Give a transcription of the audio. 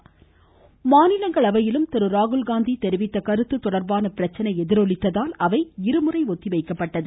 து கிஷ்ண் மாநிலங்களவை மாநிலங்களவையிலும் திரு ராகுல்காந்தி தெரிவித்த கருத்து தொடர்பான பிரச்னை எதிரொலித்ததால் அவை இருமுறை ஒத்திவைக்கப்பட்டது